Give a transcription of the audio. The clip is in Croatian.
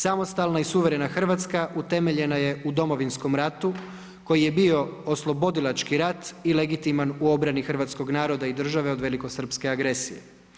Samostalna i suverena Hrvatska utemeljena je u Domovinskom ratu koji je bio oslobodilački rat i legitiman u obrani hrvatskog naroda i države od velikosrpske agresije.